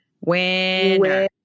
Winner